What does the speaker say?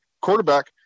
quarterback